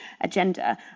agenda